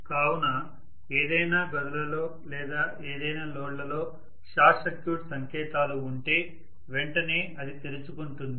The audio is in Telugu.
కావున ఏదైనా గదులలో లేదా ఏదైనా లోడ్లలో షార్ట్ సర్క్యూట్ సంకేతాలు ఉంటే వెంటనే అది తెరుచుకుంటుంది